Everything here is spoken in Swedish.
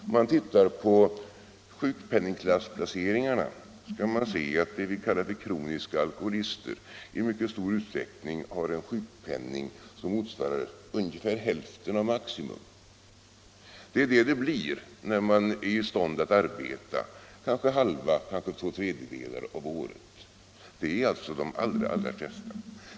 Om man tittar på sjukpenningklassplaceringarna skall man se att de som vi kallar kroniska alkoholister i mycket stor utsträckning har en sjukpenning som motsvarar Nr 20 ungefär hälften av maximum. Det är vad det blir när man är i stånd Onsdagen den att arbeta kanske halva, kanske två tredjedelar av året. Detta gäller de 12 november 1975 allra flesta.